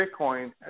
Bitcoin